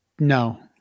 No